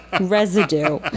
Residue